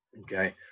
okay